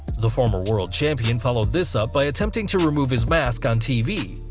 the former world champion followed this up by attempting to remove his mask on tv,